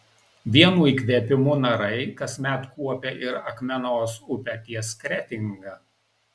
vienu įkvėpimu narai kasmet kuopia ir akmenos upę ties kretinga